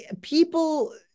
people